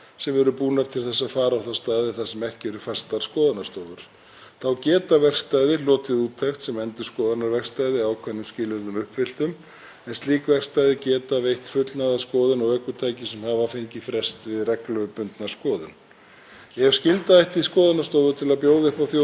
en slík verkstæði geta veitt fullnaðarskoðun á ökutæki sem hafa fengið frest við reglubundna skoðun. Ef skylda ætti skoðunarstofur til að bjóða upp á þjónustu á tilteknum svæðum er hætt við því að því myndi fylgja verulega aukinn kostnaður sem myndi skila sér út í verðlag og þannig leiða til dýrari þjónustu fyrir notendur.